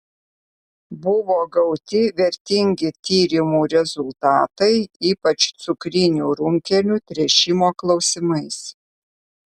buvo gauti vertingi tyrimų rezultatai ypač cukrinių runkelių tręšimo klausimais